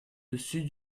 dessus